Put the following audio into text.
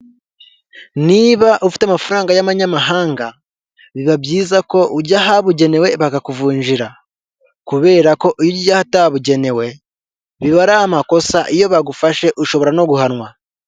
Niba ufite amafaranga y'abanyamahanga, biba byiza ko ujya ahabugenewe bakakuvunjira, kubera ko iyo ugiye ahatabugenewe biba ari amakosa, iyo bagufashe ushobora no guhanwa.